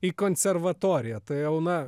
į konservatoriją tai jau na